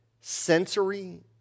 sensory